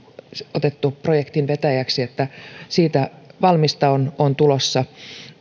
otettu projektin vetäjäksi eli siitä valmista on on tulossa